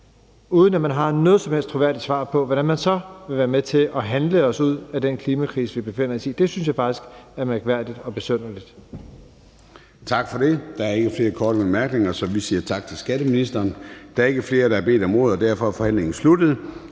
uden at man har noget som helst troværdigt svar på, hvordan man så vil være med til at handle os ud af den klimakrise, vi befinder os i. Det synes jeg faktisk er mærkværdigt og besynderligt. Kl. 23:41 Formanden (Søren Gade): Tak for det. Der er ikke flere korte bemærkninger, så vi siger tak til skatteministeren. Der er ikke flere, der har bedt om ordet, og derfor er forhandlingen sluttet.